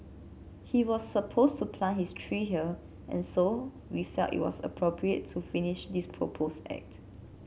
he was supposed to plant his tree here and so we felt it was appropriate to finish this proposed act